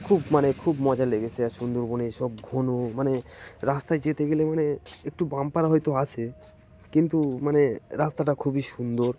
খুব মানে খুব মজা লেগেছে আর সুন্দরবনে সব ঘন মানে রাস্তায় যেতে গেলে মানে একটু বাম্পার হয়তো আসে কিন্তু মানে রাস্তাটা খুবই সুন্দর